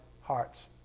hearts